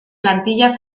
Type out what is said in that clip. plantilla